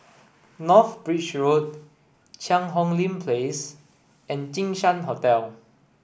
North Bridge Road Cheang Hong Lim Place and Jinshan Hotel